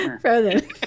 Frozen